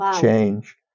change